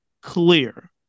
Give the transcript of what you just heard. clear